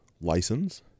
license